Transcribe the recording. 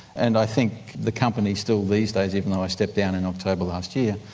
and i think the company still these days, even though i stepped down in october last year,